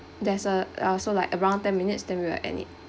there's a uh also like around ten minutes then we will end it